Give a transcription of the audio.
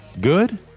Good